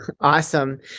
Awesome